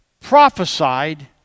prophesied